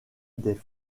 des